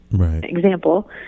example